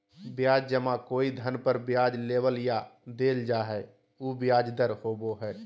ब्याज जमा कोई धन पर ब्याज लेबल या देल जा हइ उ ब्याज दर होबो हइ